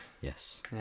Yes